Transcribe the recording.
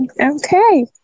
Okay